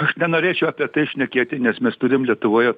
aš nenorėčiau apie tai šnekėti nes mes turime lietuvoje